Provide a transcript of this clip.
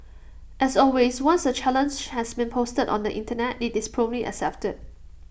as always once A challenge has been proposed on the Internet IT is promptly accepted